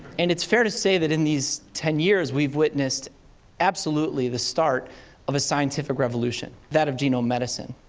and it's fair to say that in these ten years, we've witnessed absolutely the start of a scientific revolution that of genome medicine.